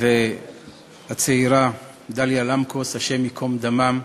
שילוני ומשפחת הצעירה דליה למקוס, השם ייקום דמם,